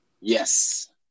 Yes